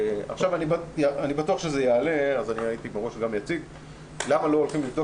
אני בטוח שהשאלה הזאת תעלה: למה לא הולכים לבדוק